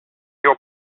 your